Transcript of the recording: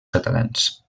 catalans